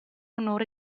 onore